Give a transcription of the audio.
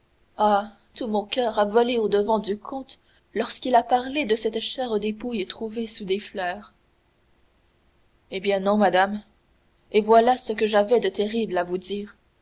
tout mon coeur a volé au-devant du comte lorsqu'il a parlé de cette chère dépouille trouvée sous des fleurs eh bien non madame et voilà ce que j'avais de terrible à vous dire